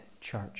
church